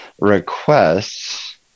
requests